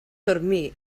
dormir